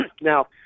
now